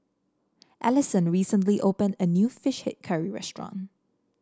Allyson recently opened a new fish head curry restaurant